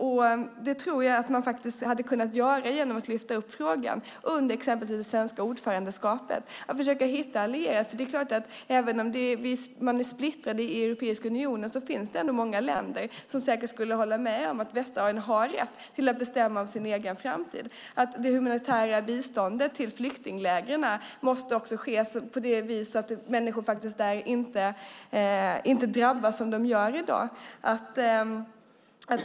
Jag tror att man hade kunnat göra det genom att lyfta upp frågan exempelvis under det svenska ordförandeskapet och försöka hitta allierade. Även om länderna i Europeiska unionen är splittrade finns det många som säkert skulle hålla med om att västsaharierna har rätt att bestämma om sin egen framtid. Det humanitära biståndet till flyktinglägren måste också ges på det viset att människor inte drabbas som de gör i dag.